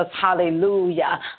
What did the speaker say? Hallelujah